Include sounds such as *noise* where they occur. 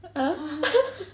*laughs*